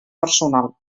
personal